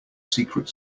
secret